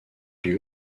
lieu